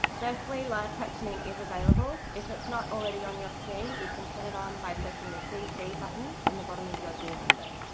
firstly, live captioning is available. if it's not already on your screen, you can turn it on by pressing the cc button in the bottom of your zoom window.